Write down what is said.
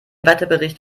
wetterbericht